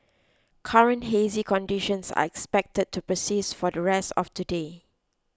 current hazy conditions are expected to persist for the rest of today